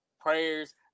prayers